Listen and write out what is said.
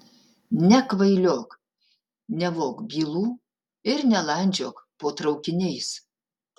nekvailiok nevok bylų ir nelandžiok po traukiniais